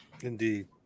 Indeed